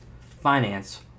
finance